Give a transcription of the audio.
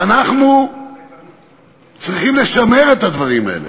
ואנחנו צריכים לשמר את הדברים האלה.